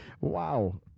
Wow